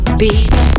beat